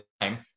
time